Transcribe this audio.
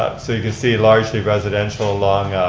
ah so you can see largely residential along